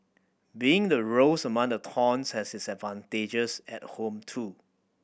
being the rose among the thorns has its advantages at home too